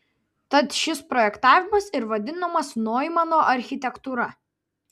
tad šis projektavimas ir vadinamas noimano architektūra